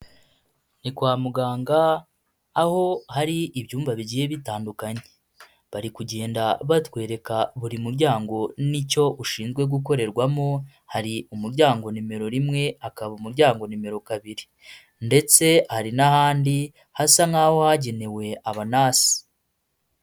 Ni kwa muganga, aho hari ibyumba bigiye bitandukanye, bari kugenda batwereka buri muryango n'icyo ushinzwe gukorerwamo, hari umuryango nimero rimwe, hakaba umuryango nimero kabiri. Ndetse hari n'ahandi hasa nk'aho hagenewe abanasi.